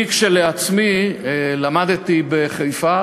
אני כשלעצמי למדתי בחיפה.